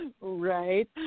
Right